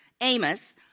Amos